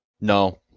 No